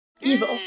evil